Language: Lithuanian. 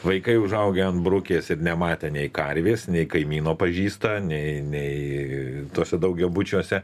vaikai užaugę ant brukės ir nematę nei karvės nei kaimyno pažįsta nei nei tuose daugiabučiuose